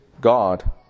God